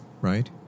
right